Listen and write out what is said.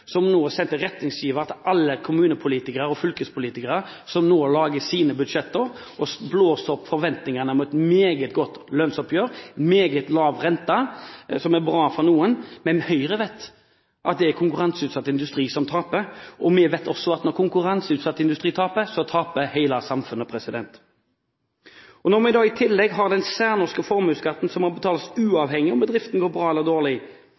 som nå lager sine budsjetter, og blåser opp forventningene om et meget godt lønnsoppgjør og meget lav rente. Det er bra for noen, men Høyre vet at det er konkurranseutsatt industri som taper. Vi vet også at når konkurranseutsatt industri taper, så taper hele samfunnet. Når vi da i tillegg har den særnorske formuesskatten, som må betales uavhengig av om bedriften går bra eller dårlig,